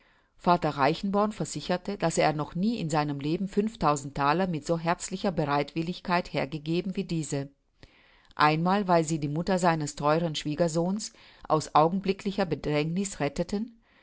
vater reichenborn versicherte daß er noch nie in seinem leben fünftausend thaler mit so herzlicher bereitwilligkeit hergegeben wie diese einmal weil sie die mutter seines theuren schwiegersohnes aus augenblicklicher bedrängniß retteten